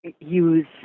use